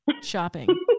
shopping